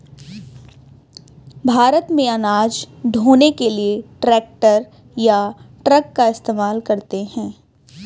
भारत में अनाज ढ़ोने के लिए ट्रैक्टर या ट्रक का इस्तेमाल करते हैं